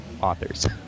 authors